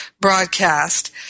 broadcast